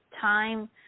time